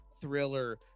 thriller